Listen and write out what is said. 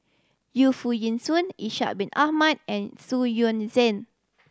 Yu Foo Yee Shoon Ishak Bin Ahmad and Xu Yuan Zhen